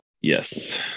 Yes